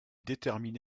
détermine